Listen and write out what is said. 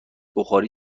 بخاری